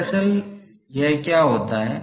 दरअसल यह क्या होता है